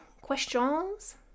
questions